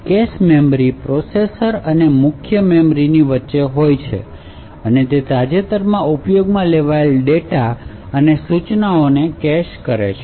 cache memory processor અને મુખ્ય memory વચ્ચે હોય છે અને તે તાજેતરમાં ઉપયોગમાં લેવાયેલા ડેટા અને સૂચનાઓને કેશ કરે છે